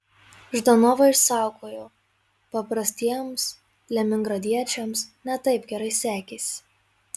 ždanovą išsaugojo paprastiems leningradiečiams ne taip gerai sekėsi